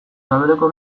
sabeleko